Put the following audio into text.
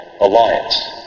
alliance